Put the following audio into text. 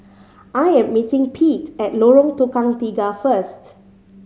I am meeting Pete at Lorong Tukang Tiga first